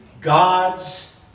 God's